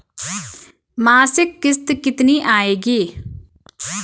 मासिक किश्त कितनी आएगी?